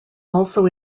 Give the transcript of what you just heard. also